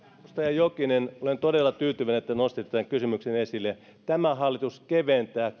edustaja jokinen olen todella tyytyväinen että te nostitte tämän kysymyksen esille tämä hallitus keventää